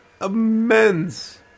immense